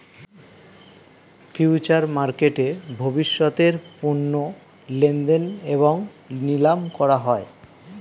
future মার্কেটে ভবিষ্যতের পণ্য লেনদেন এবং নিলাম করা হয়